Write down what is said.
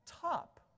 top